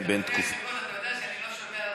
אדוני היושב-ראש, אתה יודע שאני לא שומע רעשים.